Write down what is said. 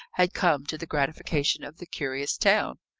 had come, to the gratification of the curious town?